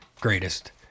greatest